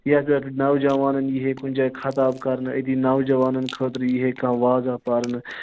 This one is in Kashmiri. یا اگر نَوجوانَن یِہے کُنہِ جایہِ خَطاب کَرنہٕ أتی نَوجوانَن کٲطرٕ یی ہا کانہہ وازا پَرنہٕ